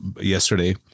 yesterday